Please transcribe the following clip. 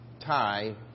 tie